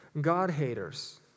God-haters